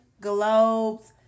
Globes